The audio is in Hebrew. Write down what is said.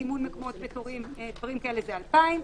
סימון מקומות ותורים דברים כאלה זה 2,000,